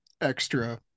extra